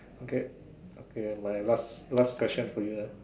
okay okay my last last question for you ah